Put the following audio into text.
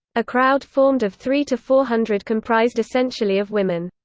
a crowd formed of three to four hundred comprised essentially of women.